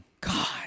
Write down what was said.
God